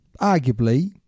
arguably